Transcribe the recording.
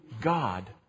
God